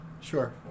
Sure